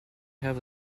have